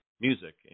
music